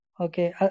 Okay